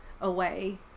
away